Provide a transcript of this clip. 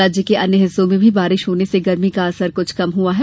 राज्य के अन्य हिस्सों में भी बारिश होने से गर्मी का असर कम हुआ है